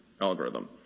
algorithm